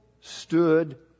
stood